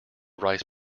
rice